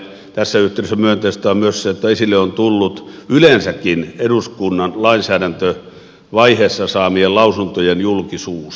tässä yhteydessä myönteistä on myös se että esille on tullut yleensäkin eduskunnan lainsäädäntövaiheessa saamien lausuntojen julkisuus